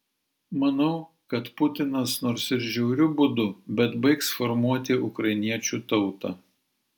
manau kad putinas nors ir žiauriu būdu bet baigs formuoti ukrainiečių tautą